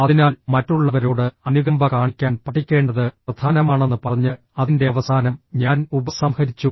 അതിനാൽ മറ്റുള്ളവരോട് അനുകമ്പ കാണിക്കാൻ പഠിക്കേണ്ടത് പ്രധാനമാണെന്ന് പറഞ്ഞ് അതിന്റെ അവസാനം ഞാൻ ഉപസംഹരിച്ചു